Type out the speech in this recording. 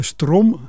Strom